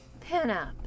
Pin-Up